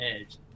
edge